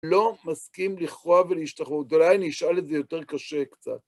לא מסכים לכרוע ולהשתחוות, ואולי נשאר לזה יותר קשה קצת.